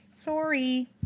Sorry